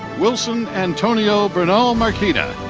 wilson antonio bernal-marquina.